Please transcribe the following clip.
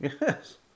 Yes